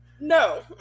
No